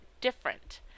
different